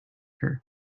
her